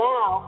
Now